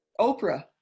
Oprah